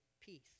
peace